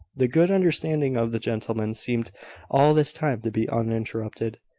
the good understanding of the gentlemen seemed all this time to be uninterrupted.